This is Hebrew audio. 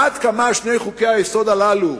עד כמה שני חוקי-היסוד הללו,